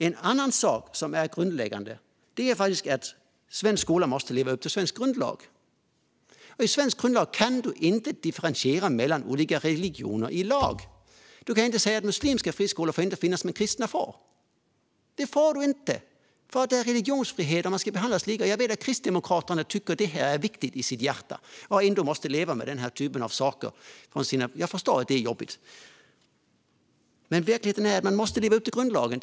En annan sak som är grundläggande är att svensk skola måste leva upp till svensk grundlag. Enligt svensk grundlag kan du inte differentiera mellan olika religioner i lag. Du kan inte säga att muslimska friskolor inte får finnas men att kristna får det. Det är religionsfrihet, och alla ska behandlas lika. Jag vet att Kristdemokraterna i sitt hjärta tycker att detta är viktigt. Ändå måste de leva med den här typen av saker. Jag förstår att det är jobbigt, men verkligheten är att man måste leva upp till grundlagen.